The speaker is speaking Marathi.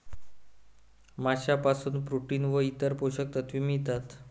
माशांपासून प्रोटीन व इतर पोषक तत्वे मिळतात